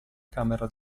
camera